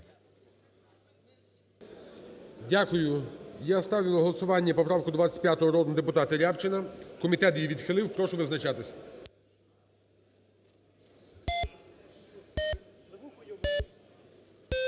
Дякую. Я ставлю на голосування поправку 25, народного депутата Рябчина. Комітет її відхилив. Прошу визначатись.